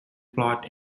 plot